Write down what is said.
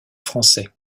français